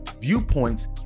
viewpoints